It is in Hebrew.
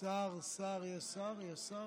יש שר?